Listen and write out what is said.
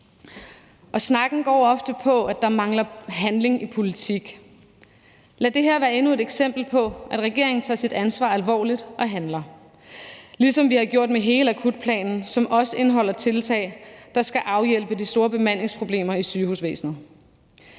Snakken går ofte på, at der mangler handling i politik, men lad det her være endnu et eksempel på, at regeringen tager sit ansvar alvorligt og handler, ligesom vi har gjort med hele akutplanen, som også indeholder tiltag, der skal afhjælpe de store bemandingsproblemer i sygehusvæsenet.